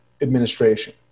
administration